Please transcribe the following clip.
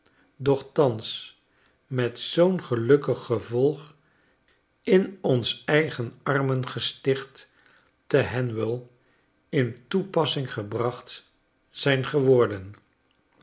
doch thans met zoo'n gelukkig gevolg in ons eigen armen gesticht te h a n w e in toepassing gebracht zijn geworden